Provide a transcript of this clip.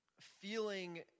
feeling